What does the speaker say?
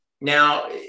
now